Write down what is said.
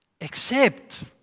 accept